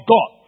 God